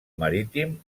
marítim